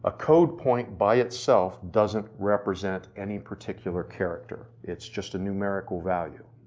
ah code point by itself doesn't represent any particular character. it's just a numerical value.